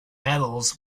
metals